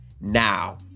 now